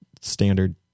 standard